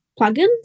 plugins